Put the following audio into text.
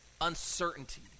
uncertainty